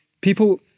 people